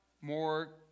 more